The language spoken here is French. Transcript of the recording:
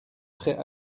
prêts